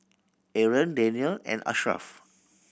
Aaron Daniel and Ashraf